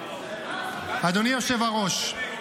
אדוני היושב-ראש.